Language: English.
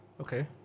Okay